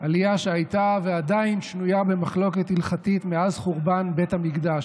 עלייה שהייתה ועדיין שנויה במחלוקת הלכתית מאז חורבן בית המקדש.